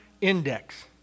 index